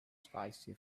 spicy